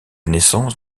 naissance